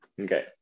Okay